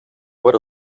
what